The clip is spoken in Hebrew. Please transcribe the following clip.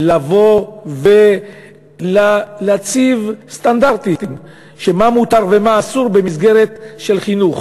לבוא ולהציב סטנדרטים מה מותר ומה אסור במסגרת של חינוך,